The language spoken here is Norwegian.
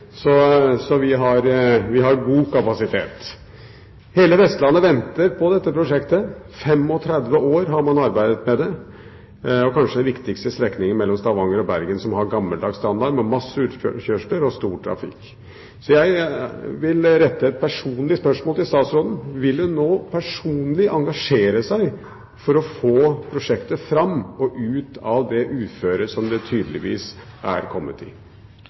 så vi har god kapasitet. Hele Vestlandet venter på dette prosjektet. I 35 år har man arbeidet med det. Dette er kanskje den viktigste strekningen mellom Stavanger og Bergen som har gammeldags standard, med masse utkjørsler og stor trafikk. Jeg vil rette et personlig spørsmål til statsråden: Vil hun nå personlig engasjere seg for å få prosjektet fram og ut av det uføret som det tydeligvis er kommet i?